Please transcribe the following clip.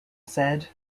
said